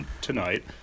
tonight